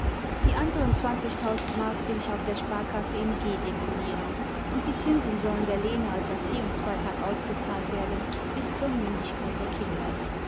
die anderen zwanzigtausend mark will ich auf der sparkasse in g deponieren imd die zinsen sollen der lene als erziehungsbeitrag ausgezahlt werden bis zur mündigkeit der kjnder